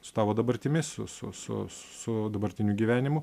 su tavo dabartimi su su su su dabartiniu gyvenimu